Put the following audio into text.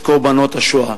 את קורבנות השואה.